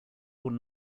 will